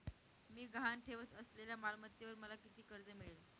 मी गहाण ठेवत असलेल्या मालमत्तेवर मला किती कर्ज मिळेल?